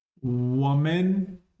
Woman